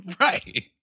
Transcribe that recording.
right